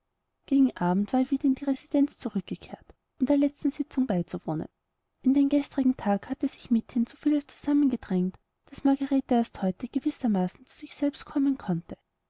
gegen abend war er wieder in die residenz zurückgekehrt um einer letzten sitzung beizuwohnen in den gestrigen tag hatte sich mithin so vieles zusammengedrängt daß margarete erst heute gewissermaßen zu sich selbst kommen konnte